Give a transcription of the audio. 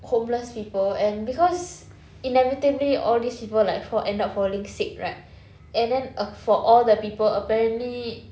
homeless people and because inevitably all these people like fall end up falling sick right and then uh for all the people apparently